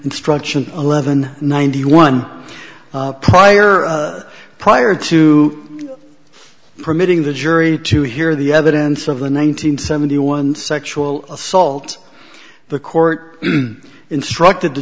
instruction eleven ninety one prior prior to permitting the jury to hear the evidence of the one nine hundred seventy one sexual assault the court instructed the